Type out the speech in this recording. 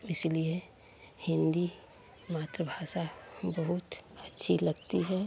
इसलिए हिन्दी मात्रभाषा बहुत अच्छी लगती है